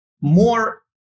more